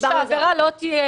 אנחנו רוצים שהעבירה לא תהיה: